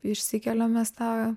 išsikeliam mes tą